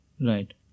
Right